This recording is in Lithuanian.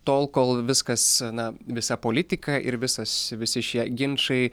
tol kol viskas na visa politika ir visas visi šie ginčai